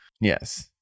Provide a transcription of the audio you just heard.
yes